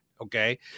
Okay